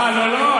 לא, לא.